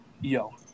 yo